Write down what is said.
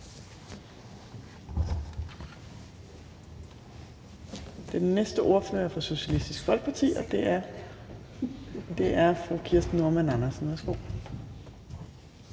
Den næste ordfører er fra Socialistisk Folkeparti, og det er fru Kirsten Normann Andersen. Værsgo.